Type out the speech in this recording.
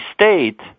State